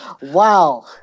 Wow